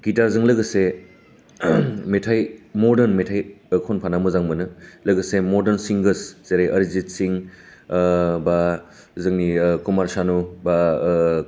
गिटारजों लोगोसे मेथाइ मडार्न मेथाइ खनफानो मोजां मोनो लोगोसे मडार्न सिंगार्स जेरै अरिजित सिंह बा जोंनि कुमार सानु बा